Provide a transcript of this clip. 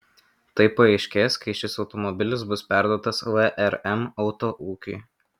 tai paaiškės kai šis automobilis bus perduotas vrm autoūkiui